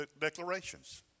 declarations